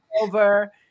over